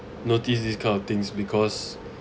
notice these kind of things because